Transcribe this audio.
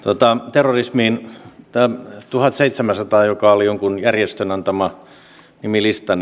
terrorismiin tämä tuhatseitsemänsataa joka oli jonkun järjestön antama nimilista